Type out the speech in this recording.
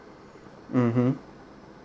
mmhmm